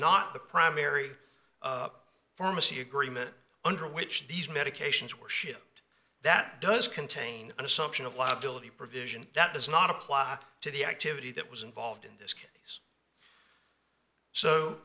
not the primary pharmacy agreement under which these medications were shipped that does contain an assumption of liability provision that does not apply to the activity that was involved in this case